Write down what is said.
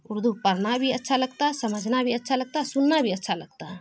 اردو پڑھنا بھی اچھا لگتا ہے سمجھنا بھی اچھا لگتا ہے اور سننا بھی اچھا لگتا ہے